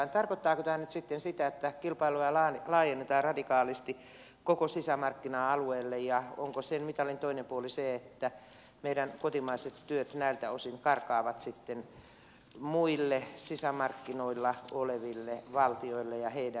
tarkoittaako tämä nyt sitten sitä että kilpailua laajennetaan radikaalisti koko sisämarkkina alueelle ja onko mitalin toinen puoli se että meidän kotimaiset työt näiltä osin karkaavat muille sisämarkkinoilla oleville valtioille ja heidän työntekijöilleen